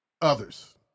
Others